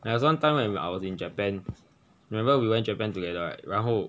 there was one time when I was in japan remember we went japan together right 然后